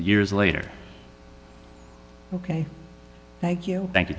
years later ok thank you thank you